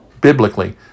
Biblically